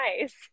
nice